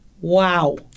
Wow